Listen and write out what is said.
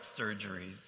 surgeries